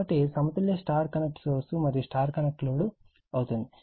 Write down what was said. కాబట్టి సమతుల్య Y connect source మరియు Y కనెక్ట్ లోడ్ అవుతోంది